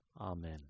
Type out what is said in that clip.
amen